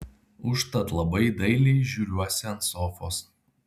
užtat labai dailiai žiūriuosi ant sofos